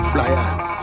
Flyers